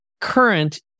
current